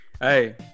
hey